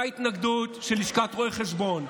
הייתה התנגדות של לשכת רואי החשבון,